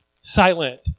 silent